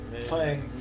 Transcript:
Playing